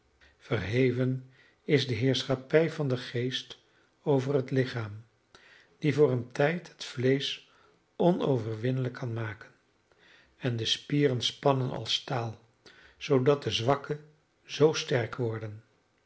verheven is de heerschappij van den geest over het lichaam die voor een tijd het vleesch onoverwinnelijk kan maken en de spieren spannen als staal zoodat de zwakken zoo sterk worden